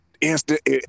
instant